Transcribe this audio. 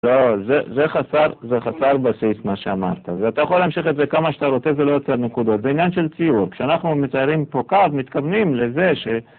לא, זה חסר, זה חסר בסיס מה שאמרת ואתה יכול להמשיך את זה כמה שאתה רוצה ולא יוצר נקודות בעניין של ציור, כשאנחנו מציירים פה קו, מתכוונים לזה ש...